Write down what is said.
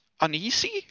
Uneasy